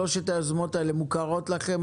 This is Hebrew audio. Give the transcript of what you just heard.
שלוש היוזמות האלה מוכרות לכם?